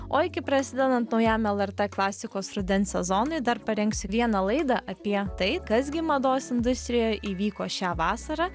o iki prasidedant naujam lrt klasikos rudens sezonui dar parengsiu vieną laidą apie tai kas gi mados industrijoj įvyko šią vasarą